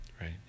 right